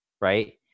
Right